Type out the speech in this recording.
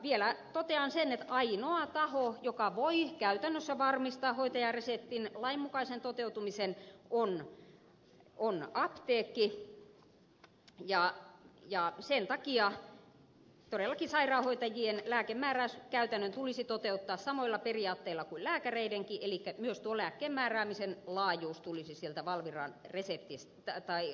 vielä totean sen että ainoa taho joka voi käytännössä varmistaa hoitajan reseptin lainmukaisen toteutumisen on apteekki ja sen takia todellakin sairaanhoitajien lääkemääräyskäytäntö tulisi toteuttaa samoilla periaatteilla kuin lääkäreidenkin elikkä myös tuon lääkkeen määräämisen laajuuden tulisi sieltä valviran rekisteristä näkyä